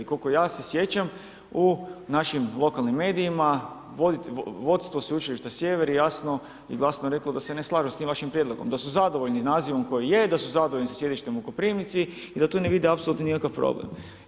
Koliko se ja sjećam u našim lokalnim medijima, vodstvo sveučilišta Sjever je jasno i glasno reklo da se ne slaže s tim vašim prijedlogom, da su zadovoljni nazivom koji je, da su zadovoljni sa sjedištem u Koprivnici i da tu ne vide apsolutno nikakav problem.